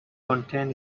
content